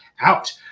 out